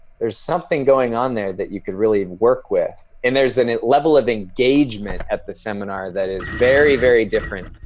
there's something going on there that you could really work with, and there's a level of engagement at the seminar that is very, very different.